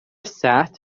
sat